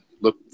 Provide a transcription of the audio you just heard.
look